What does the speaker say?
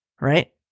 right